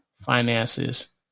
finances